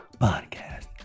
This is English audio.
podcast